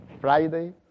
Friday